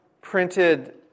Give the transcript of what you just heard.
printed